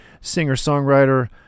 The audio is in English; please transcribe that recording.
singer-songwriter